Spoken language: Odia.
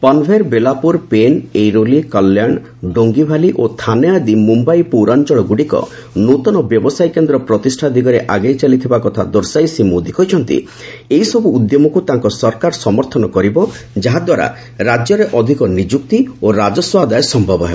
ପନଭେର୍ ବେଲାପୁର ପେନ୍ ଏଇରୋଲି କଲ୍ୟାଣ ଡୋଙ୍ଗିଭାଲି ଓ ଥାନେ ଆଦି ମ୍ରମ୍ୟାଇ ପୌରାଞ୍ଚଳଗ୍ରଡ଼ିକ ନ୍ତଆ ବ୍ୟବସାୟ କେନ୍ଦ୍ର ପ୍ରତିଷ୍ଠା ଦିଗରେ ଆଗେଇ ଚାଲିଥିବା କଥା ଦର୍ଶାଇ ଶ୍ରୀ ମୋଦୀ କହିଛନ୍ତି ଏଇସବ୍ର ଉଦ୍ୟମକ୍ତ ତାଙ୍କର ସରକାର ସମର୍ଥନ କରିବ ଯାହାଦ୍ୱାରା ରାଜ୍ୟରେ ଅଧିକ ନିଯୁକ୍ତି ଓ ରାଜସ୍ୱ ଆଦାୟ ସମ୍ଭବ ହେବ